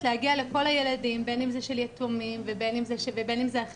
להגיע לכל הילדים בין אם זה של יתומים ובין אם זה אחים